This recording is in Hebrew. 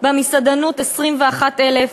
במסעדנות 21,000,